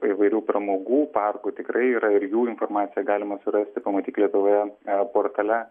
įvairių pramogų parkų tikrai yra ir jų informaciją galima surasti pamatyk lietuvoje portale